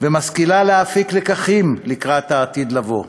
ומשכילה להפיק לקחים לקראת העתיד לבוא.